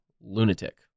lunatic